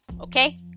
Okay